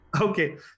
Okay